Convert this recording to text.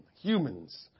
humans